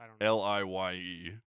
L-I-Y-E